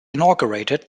inaugurated